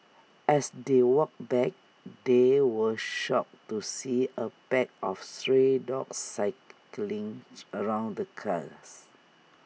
as they walked back they were shocked to see A pack of stray dogs circling around the cars